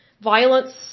violence